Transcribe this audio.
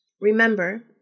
remember